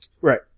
Right